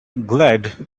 glad